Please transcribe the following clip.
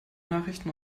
nachrichten